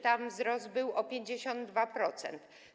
Tam wzrost był o 52%.